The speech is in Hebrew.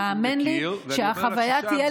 והאמן לי שהחוויה תהיה,